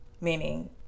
Meaning